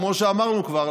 כמו שאמרנו כבר,